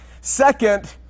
Second